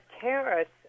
carrots